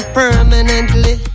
permanently